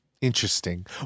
Interesting